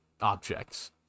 objects